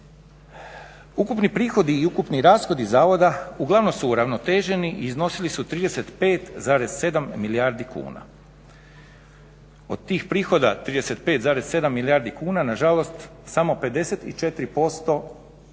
Ukupni prihodi i ukupni rashodi zavoda uglavnom su uravnoteženi i iznosili su 35,7 milijardi kuna. Od tih prihoda 35,7 milijardi kuna nažalost samo 54% su